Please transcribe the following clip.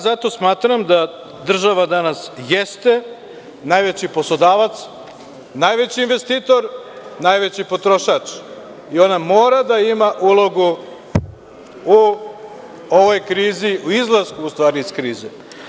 Zato smatram da država danas jeste najveći poslodavac, najveći investitor, najveći potrošač i ona mora da ima ulogu u izlasku iz krize.